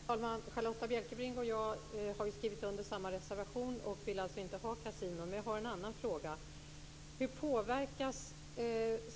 Fru talman! Charlotta Bjälkebring och jag har skrivit under samma reservation och vill alltså inte ha kasinon. Men jag har en annan fråga: Hur påverkas